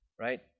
right